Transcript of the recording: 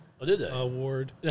Award